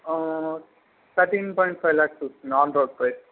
thirteen point five లాక్స్కి వస్తుంది on road price